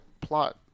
plot